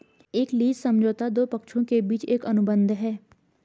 एक लीज समझौता दो पक्षों के बीच एक अनुबंध है